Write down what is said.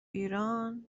ایران